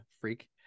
freak